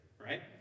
Right